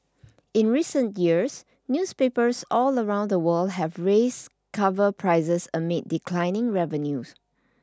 in recent years newspapers all around the world have raised cover prices amid declining revenues